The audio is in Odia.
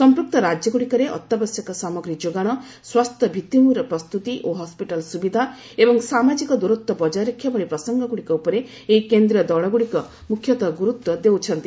ସମ୍ପୂକ୍ତ ରାଜ୍ୟଗୁଡ଼ିକରେ ଅତ୍ୟାବଶ୍ୟକ ସାମଗ୍ରୀ ଯୋଗାଶ ସ୍ୱାସ୍ଥ୍ୟ ଭିଭିଭୂମିର ପ୍ରସ୍ତୁତି ଓ ହସ୍କିଟାଲ ସୁବିଧା ଏବଂ ସାମାଜିକ ଦୂରତ୍ୱ ବଜାୟ ରଖିବା ଭଳି ପ୍ରସଙ୍ଗଗୁଡ଼ିକ ଉପରେ ଏହି କେନ୍ଦ୍ରୀୟ ଦଳଗୁଡ଼ିକ ମୁଖ୍ୟତଃ ଗୁରୁତ୍ୱ ଦେଉଛନ୍ତି